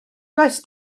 does